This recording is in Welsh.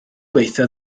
gweithio